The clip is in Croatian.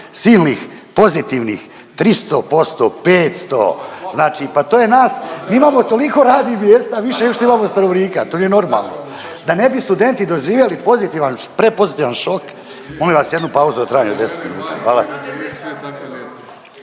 silnih pozitivnih 300%, 500, znači pa to je nas. Mi toliko radnih mjesta više nego što imamo stanovnika! To nije normalno! Da ne bi studenti doživjeli pozitivan, prepozitivan šok molim vas jednu pauzu u trajanju od 10 minuta.